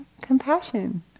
compassion